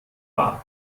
war